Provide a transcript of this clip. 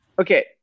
okay